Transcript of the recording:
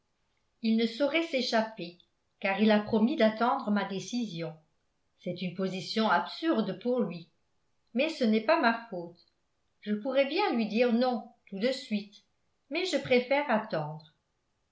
il ne saurait s'échapper car il a promis d'attendre ma décision c'est une position absurde pour lui mais ce n'est pas ma faute je pourrais bien lui dire non tout de suite mais je préfère attendre